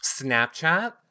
Snapchat